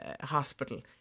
Hospital